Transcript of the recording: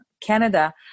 Canada